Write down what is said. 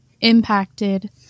impacted